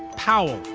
powell,